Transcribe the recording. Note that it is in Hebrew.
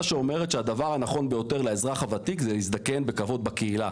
שאומרת שהדבר הנכון ביותר לאזרח הוותיק זה להזדקן בכבוד בקהילה.